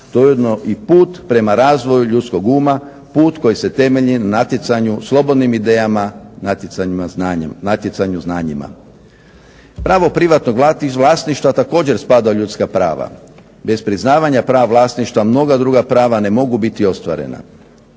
je ujedno i put prema razvoju ljudskog uma, put koji se temelji na natjecanju, slobodnim idejama, natjecanju znanjima. Pravo privatnog vlasništva također spada u ljudska prava. Bez priznavanja prava vlasništva mnoga druga prava ne mogu biti ostvarena.